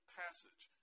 passage